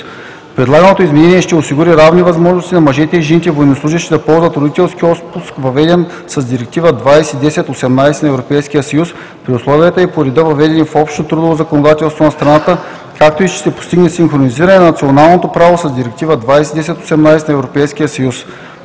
Предлаганото изменение ще осигури равни възможности на мъжете и жените военнослужещи да ползват родителския отпуск, въведен с Директива 2010/18/ЕС, при условията и по реда, въведени в общото трудово законодателство на страната, както и ще се постигне синхронизиране на националното право с Директива 2010/18/ЕС.